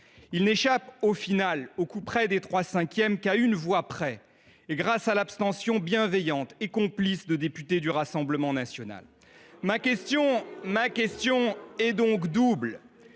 Il n’échappe finalement au couperet des trois cinquièmes qu’à une voix près, grâce à l’abstention bienveillante et complice des députés du Rassemblement national. Ma question est double.